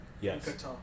yes